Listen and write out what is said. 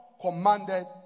commanded